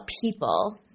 people